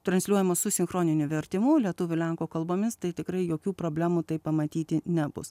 transliuojamos su sinchroniniu vertimu lietuvių lenkų kalbomis tai tikrai jokių problemų tai pamatyti nebus